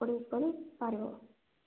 ପଢ଼ି ପଢ଼ି ପାରିବ